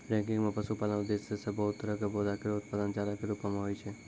ranking म पशुपालन उद्देश्य सें बहुत तरह क पौधा केरो उत्पादन चारा कॅ रूपो म होय छै